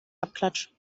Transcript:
abklatsch